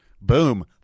Boom